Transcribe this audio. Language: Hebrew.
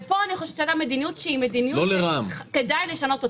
פה אני חושבת שהייתה מדיניות שכדאי לשנות אותה.